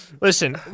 Listen